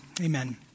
Amen